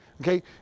Okay